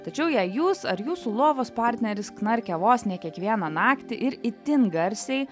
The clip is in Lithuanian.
tačiau jei jūs ar jūsų lovos partneris knarkia vos ne kiekvieną naktį ir itin garsiai